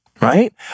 Right